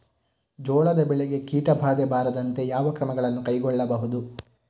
ಜೋಳದ ಬೆಳೆಗೆ ಕೀಟಬಾಧೆ ಬಾರದಂತೆ ಯಾವ ಕ್ರಮಗಳನ್ನು ಕೈಗೊಳ್ಳಬಹುದು?